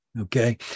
Okay